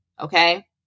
Okay